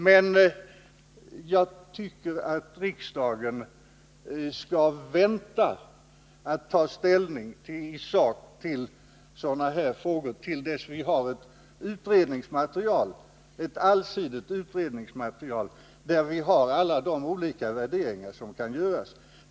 Och jag tycker att riksdagen skall vänta med att ta ställning i sak till sådana här frågor till dess vi har ett allsidigt utredningsmaterial med alla de olika värderingar som kan göras.